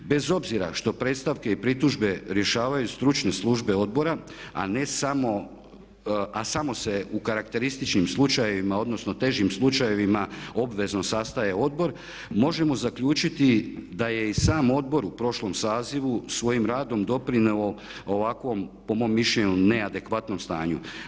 Bez obzira što predstavke i pritužbe rješavaju stručne službe odbora, a samo se u karakterističnim slučajevima odnosno težim slučajevima obvezno sastaje odbor možemo zaključiti da je i sam odbor u prošlom sazivu svojim radom doprinio ovakvom, po mom mišljenju neadekvatnom, stanju.